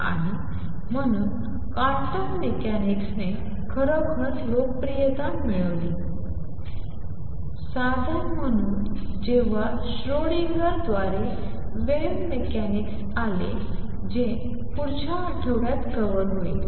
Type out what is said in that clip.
आणि म्हणून क्वांटम मेकॅनिक्सने खरोखरच लोकप्रियता मिळवली हिशोब साधन म्हणून जेव्हा श्रॉडिंगर द्वारे वेव्ह मेकॅनिक्स आले जे पुढच्या आठवड्यात कव्हर होईल